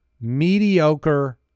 mediocre